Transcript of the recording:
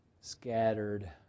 Scattered